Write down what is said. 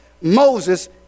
Moses